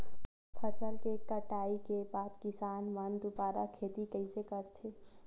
फसल के कटाई के बाद किसान मन दुबारा खेती कइसे करथे?